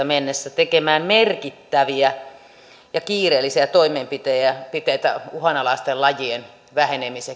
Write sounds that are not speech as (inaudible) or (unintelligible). (unintelligible) mennessä tekemään merkittäviä ja kiireellisiä toimenpiteitä uhanalaisten lajien vähenemisen (unintelligible)